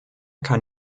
kann